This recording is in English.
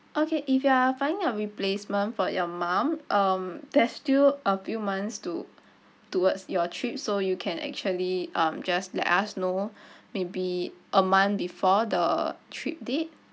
okay if you are finding a replacement for your mum um there is still a few months to towards your trip so you can actually um just let us know maybe a month before the trip date